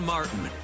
Martin